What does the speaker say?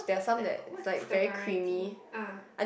the what's what's the variety ah